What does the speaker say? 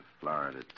Florida